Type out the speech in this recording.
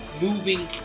moving